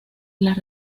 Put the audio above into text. las